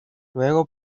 luego